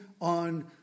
on